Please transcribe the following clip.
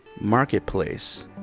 Marketplace